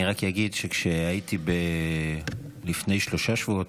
אני רק אגיד שכשהייתי לפני שלושה שבועות,